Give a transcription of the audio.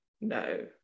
No